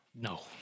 No